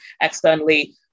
externally